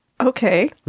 Okay